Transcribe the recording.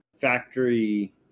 factory